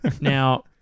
Now